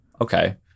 okay